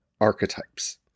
archetypes